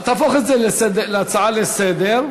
תהפוך את זה להצעה לסדר-היום,